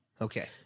Okay